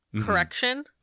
correction